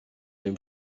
dem